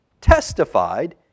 testified